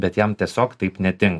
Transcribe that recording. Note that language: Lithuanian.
bet jam tiesiog taip netinka